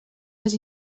les